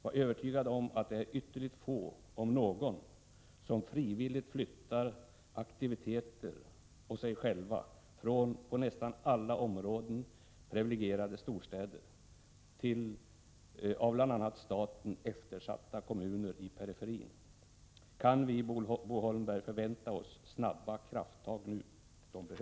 Var övertygade om att det är ytterligt få, om ens någon, som frivilligt flyttar aktiviteter och sig själva från på nästan alla områden privilegierade storstäder till av bl.a. staten eftersatta kommuner i periferin! Kan vi, Bo Holmberg, förvänta oss snabba krafttag nu? De behövs!